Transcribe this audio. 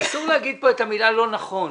אסור להגיד פה את המילה "לא נכון".